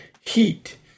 heat